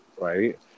right